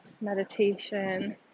meditation